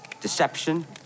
Deception